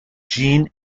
jeanne